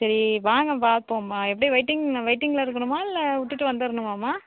சரி வாங்க பார்ப்போம் மா எப்படி வெயிட்டிங் வெயிட்டிங்கில் இருக்கணுமா இல்லை விட்டு வந்துருணுமா மா